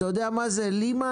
אתה יודע מה זה לימן?